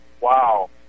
Wow